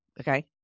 Okay